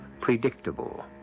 predictable